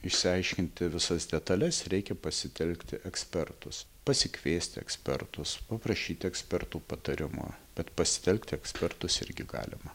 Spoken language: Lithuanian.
išsiaiškinti visas detales reikia pasitelkti ekspertus pasikviesti ekspertus paprašyti ekspertų patarimo bet pasitelkti ekspertus irgi galima